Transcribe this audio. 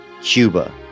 cuba